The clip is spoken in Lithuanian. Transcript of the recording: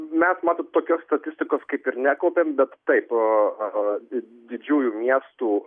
mes matot tokios statistikos kaip ir nekaupiam bet taip o didžiųjų miestų